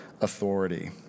authority